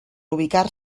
ubicar